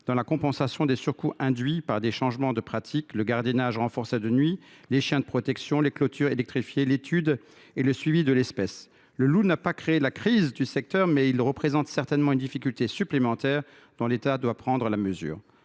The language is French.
dans la compensation des surcoûts induits par les changements de pratique, le gardiennage renforcé de nuit, les chiens de protection ou les clôtures électrifiées ; il nous faut aussi aller plus loin dans l’étude et le suivi de l’espèce. Le loup n’a pas entraîné la crise du secteur, mais il représente certainement une difficulté supplémentaire dont l’État doit prendre la mesure.